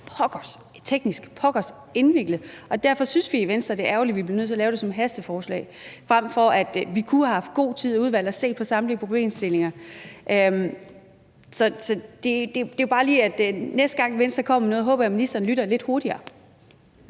pokkers teknisk og pokkers indviklet, og derfor synes vi i Venstre, at det er ærgerligt, at vi bliver nødt til at lave det som et hasteforslag, frem for at vi kunne have haft god tid i udvalget til at se på samtlige problemstillinger. Så det er bare lige for at sige, at jeg håber, at ministeren, næste gang Venstre